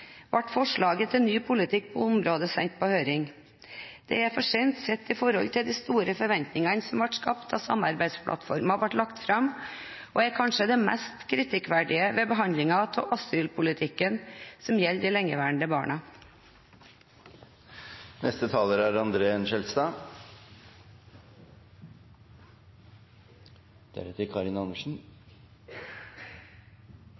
ble forslaget til ny politikk på området sendt på høring. Det er for sent, sett i forhold til de store forventningene som ble skapt da samarbeidsplattformen ble lagt fram, og det er kanskje det mest kritikkverdige ved behandlingen av asylpolitikken som gjelder de lengeværende barna.